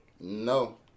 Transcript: No